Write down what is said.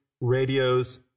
Radios